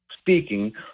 speaking